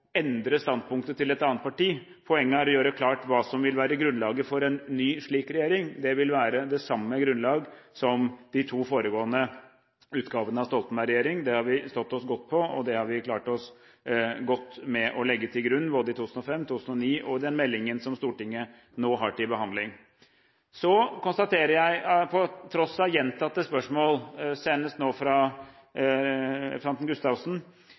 endre standpunktet til et annet parti. Poenget er å gjøre klart hva som vil være grunnlaget for en ny slik regjering – det vil være det samme grunnlaget som de to foregående utgavene av Stoltenberg-regjeringen. Det grunnlaget har vi stått oss godt på, og vi har klart oss godt med å legge det til grunn, både i 2005, i 2009 og i den meldingen som Stortinget nå har til behandling. Så konstaterer jeg at på tross av gjentatte spørsmål – senest nå fra representanten Gustavsen